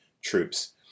troops